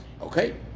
Okay